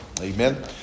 Amen